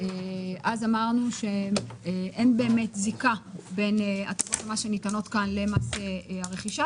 אמרנו שאין באמת זיקה בין ההטבות שניתנות כאן למס הרכישה